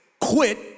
quit